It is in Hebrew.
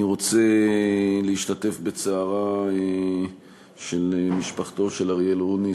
אני רוצה להשתתף בצערה של משפחתו של אריאל רוניס.